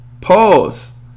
Pause